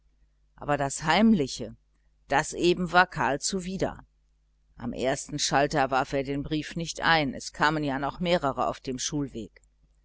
aber das heimliche das eben war karl zuwider am ersten schalter warf er den brief nicht ein es kamen ja noch mehrere auf dem schulweg